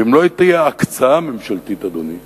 ואם לא תהיה הקצאה ממשלתית, אדוני,